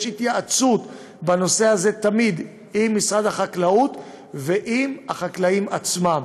יש תמיד התייעצות בנושא הזה עם משרד החקלאות ועם החקלאים עצמם,